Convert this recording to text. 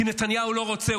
כי נתניהו לא רוצה,